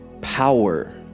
power